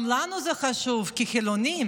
גם לנו זה חשוב כחילונים,